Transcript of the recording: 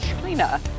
China